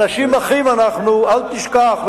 אנשים אחים אנחנו, אל תשכח.